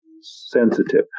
sensitive